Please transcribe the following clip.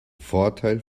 vorteil